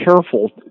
careful